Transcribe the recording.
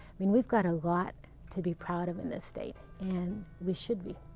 i mean, we've got a lot to be proud of in this state and we should be.